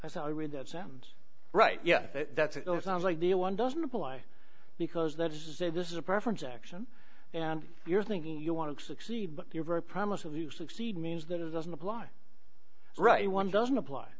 thought i read that sam's right yeah that's sounds like the one doesn't apply because that is a this is a preference action and you're thinking you want to succeed but you're very promising to succeed means that it doesn't apply right one doesn't apply